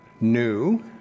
new